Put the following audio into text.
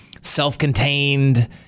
self-contained